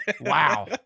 Wow